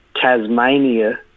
Tasmania